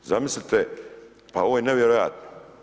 Zamislite pa ovo je nevjerojatno.